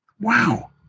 Wow